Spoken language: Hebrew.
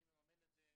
מי מממן את זה,